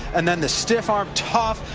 and then the stiff arm. tough.